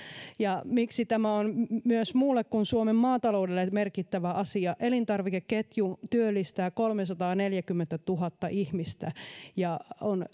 ja miksi tämä on myös muulle kuin suomen maataloudelle merkittävä asia elintarvikeketju työllistää kolmesataaneljäkymmentätuhatta ihmistä ja on